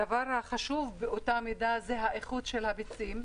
הדבר החשוב באותה מידה היא האיכות של הביצים.